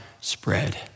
spread